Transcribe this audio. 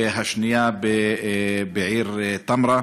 והשנייה בעיר תמרה,